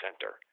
center